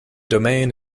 domain